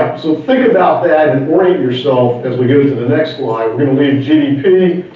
so think about that and orient yourself as we go to the next slide, we're gonna leave gdp,